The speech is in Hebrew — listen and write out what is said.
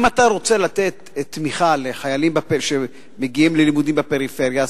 אם אתה רוצה לתת תמיכה לחיילים שמגיעים ללימודים בפריפריה,